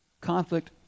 Conflict